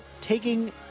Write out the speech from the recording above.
taking